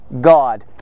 God